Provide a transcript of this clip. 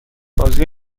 بازوی